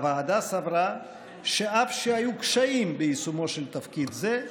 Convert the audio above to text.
הוועדה סברה שאף שהיו קשיים ביישומו של תפקיד זה,